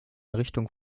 richtung